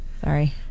Sorry